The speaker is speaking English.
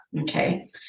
okay